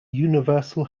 universal